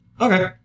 Okay